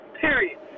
period